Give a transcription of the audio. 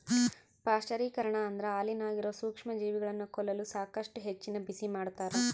ಪಾಶ್ಚರೀಕರಣ ಅಂದ್ರ ಹಾಲಿನಾಗಿರೋ ಸೂಕ್ಷ್ಮಜೀವಿಗಳನ್ನ ಕೊಲ್ಲಲು ಸಾಕಷ್ಟು ಹೆಚ್ಚಿನ ಬಿಸಿಮಾಡ್ತಾರ